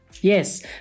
Yes